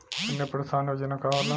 कन्या प्रोत्साहन योजना का होला?